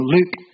Luke